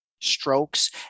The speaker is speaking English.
strokes